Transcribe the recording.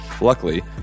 Luckily